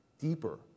deeper